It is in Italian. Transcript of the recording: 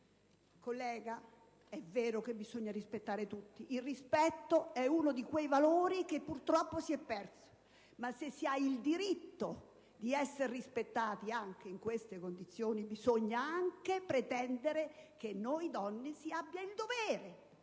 detenuti. È vero che bisogna rispettare tutti, perché il rispetto è uno di quei valori che purtroppo si è perso, ma se si ha il diritto di essere rispettati anche in queste condizioni bisogna anche pretendere che noi donne si abbia il dovere